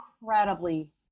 incredibly